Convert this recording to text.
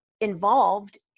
involved